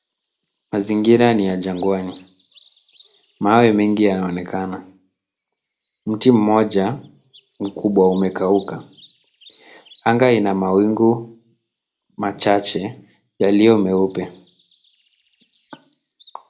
Mazingira ni ya jangwani. Mawe mingi yanaonekana. Mti mmoja mkubwa umekauka. Anga ina mawingu machache yaliyo meupe.